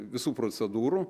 visų procedūrų